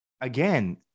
Again